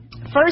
first